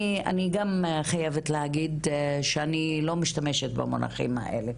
אני גם חייבת להגיד שאני לא משתמשת במונחים האלה,